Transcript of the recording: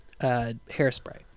hairspray